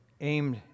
aimed